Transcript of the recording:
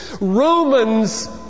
Romans